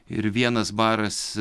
ir vienas baras